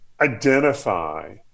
identify